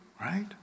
right